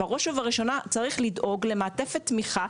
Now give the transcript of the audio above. שבראש ובראשונה צריך לדאוג למעטפת תמיכה,